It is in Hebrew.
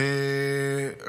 אגב,